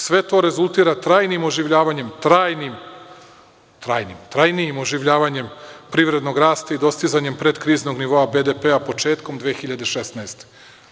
Sve to rezultira trajnim oživljavanjem, trajnijim oživljavanjem privrednog rasta i dostizanjem predkriznog nivoa BDP-a početkom 2016. godine.